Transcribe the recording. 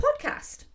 podcast